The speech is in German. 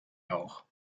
auch